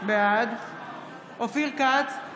בעד אופיר כץ,